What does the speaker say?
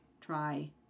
Try